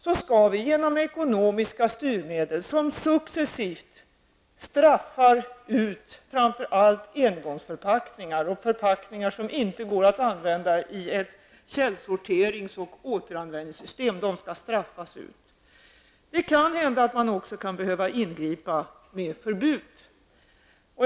Vi skall däremot genom ekonomiska styrmedel se till att framför allt engångsförpackningar, förpackningar som inte går att använda i ett källsorterings och återanvändningssystem, successivt straffas ut. Det kan hända att man också behöver ingripa med förbud.